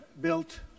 built